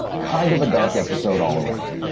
kind of a dark episode all around!